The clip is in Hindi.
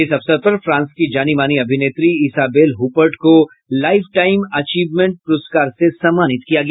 इस अवसर पर फ्रांस की जानी मानी अभिनेत्री ईसाबेल हुपर्ट को लाइफटाइम एचीवमेंट प्रस्कार से सम्मानित किया गया